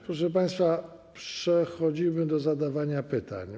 Proszę państwa, przechodzimy do zadawania pytań.